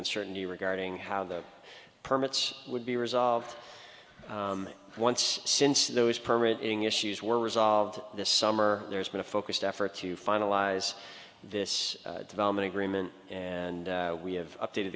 uncertainty regarding how the permits would be resolved once since there was permit ing issues were resolved this summer there's been a focused effort to finalize this development agreement and we have updated